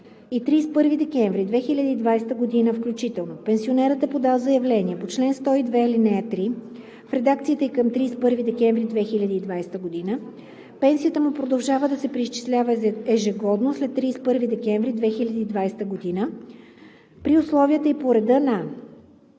и 31 декември 2020 г. включително, пенсионерът е подал заявление по чл. 102, ал. 3 в редакцията ѝ към 31 декември 2020 г., пенсията му продължава да се преизчислява ежегодно след 31 декември 2020 г. при условията и по реда на: